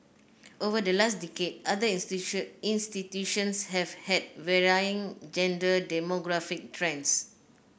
over the last decade other institutions have had varying gender demographic trends